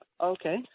okay